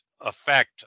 effect